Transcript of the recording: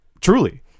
Truly